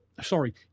Sorry